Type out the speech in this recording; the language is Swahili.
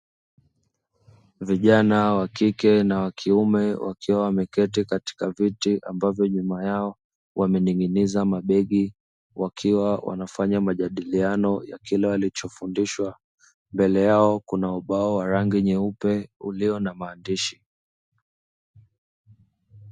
Vijana wa kike na wa kiume wakiwa wameketi katika viti ambavyo nyuma yao wamening'iniza mabegi wakiwa wanafanya majadiliano ya kile walichofundishwa. Mbele yao kuna ubao wenye rangi nyeupe ulio na maandishi.